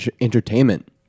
entertainment